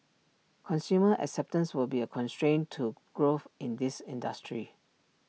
consumer acceptance will be A constraint to growth in this industry